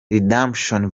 redemption